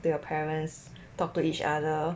to your parents talk to each other